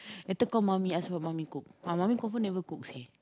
later kau mummy ask what mommy cook ah mommy confirm never cook seh